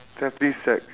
tampines sec